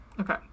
Okay